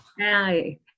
Hi